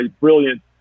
Brilliant